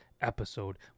episode